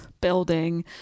building